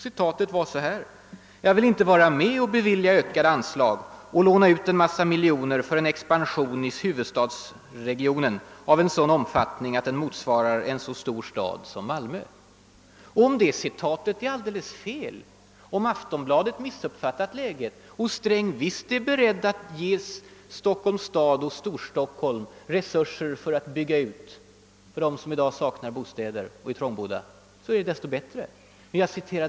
Citatet löd: »Jag vill inte vara med och bevilja ökade anslag och låna ut en massa miljoner för en expansion i huvudstadsregionen av en sådan omfattning att den motsvarar en så stor stad som Malmö.» Om detta citat är alldeles felaktigt, om Aftonbladet har missuppfattat läget och herr Sträng är beredd att ge Storstockholm resurser för att bygga ut för dem som i dag saknar bostäder eller är trångbodda, så desto bättre.